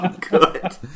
good